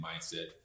mindset